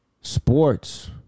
Sports